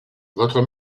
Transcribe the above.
votre